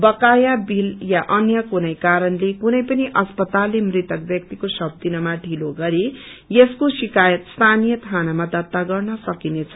बक्रया bill या अन्य कुनै कारणले कुनै पनि अस्पतालले मृतक ब्यक्तिको शव दिनमा डिलो गरे यसको शिकायत स्थनिय थानामा दत्ता गर्न सकिनेछ